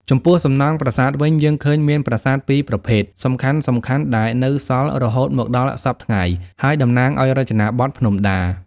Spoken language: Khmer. ចំពោះសំណង់ប្រាសាទវិញ យើងឃើញមានប្រាសាទពីរប្រភេទសំខាន់ៗដែលនៅសល់រហូតមកដល់សព្វថ្ងៃ ហើយតំណាងឱ្យរចនាបថភ្នំដា។